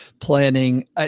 planning